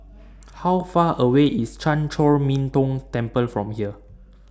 How Far away IS Chan Chor Min Tong Temple from here